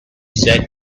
said